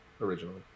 originally